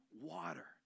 water